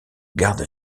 garde